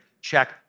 check